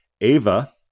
Ava